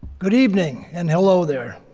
good evening, and hello there.